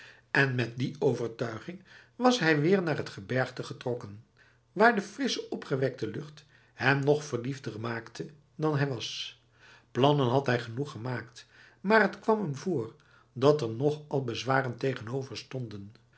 en met die overtuiging was hij weer naar t gebergte getrokken waar de frisse opwekkende lucht hem nog verliefder maakte dan hij was plannen had hij genoeg gemaakt maar t kwam hem voor dat er nogal bezwaren tegenover stonden